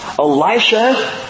Elisha